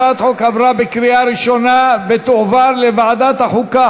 הצעת החוק עברה בקריאה ראשונה ותועבר לוועדת החוקה,